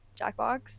Jackbox